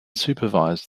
supervised